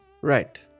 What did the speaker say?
Right